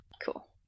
Cool